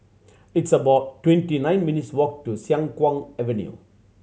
it's about twenty nine minutes' walk to Siang Kuang Avenue